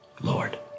Lord